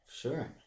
Sure